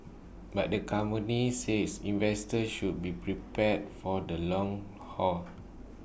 but the company said investors should be prepared for the long haul